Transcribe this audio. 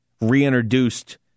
reintroduced